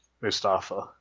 Mustafa